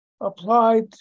applied